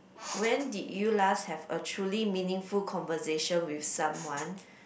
when did you last have a truly meaningful conversation with someone